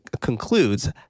concludes